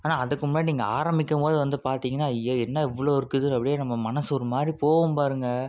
ஆனால் அதுக்கு முன்னாடி நீங்கள் ஆரம்பிக்கும் போது வந்து பார்த்திங்கனா ஐயயோ என்ன இவ்வளோ இருக்குது அப்படியே நம்ப மனது ஒரு மாதிரி போகும் பாருங்க